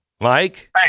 Mike